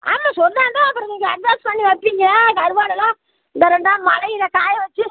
ஆமாம் சொன்னால் தான் அப்புறம் நீங்கள் அட்வான்ஸ் பண்ணி வைப்பீங்க கருவாடெல்லாம் இந்த ரெண்டு நாள் மழையில காய வச்சு